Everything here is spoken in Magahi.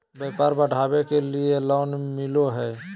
व्यापार बढ़ावे के लिए लोन मिलो है?